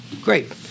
Great